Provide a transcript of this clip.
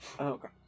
okay